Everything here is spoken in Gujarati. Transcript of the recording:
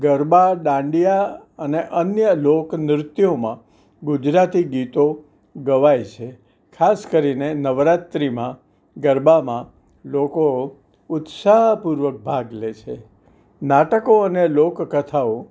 ગરબા દાંડિયા અને અન્ય લોકનૃત્યોમાં ગુજરાતી ગીતો ગવાય છે ખાસ કરીને નવરાત્રિમાં ગરબામાં લોકો ઉત્સાહપૂર્વક ભાગ લે છે નાટકો અને લોકકથાઓ